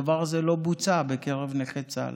הדבר הזה לא בוצע בקרב נכי צה"ל.